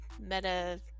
meta